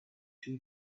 two